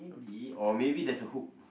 maybe or maybe there's a hook